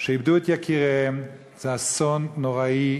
שאיבדו את יקיריהן זה אסון נוראי,